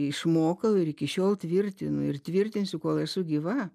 išmokau ir iki šiol tvirtinu ir tvirtinsiu kol esu gyva